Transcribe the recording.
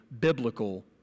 biblical